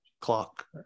clock